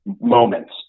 moments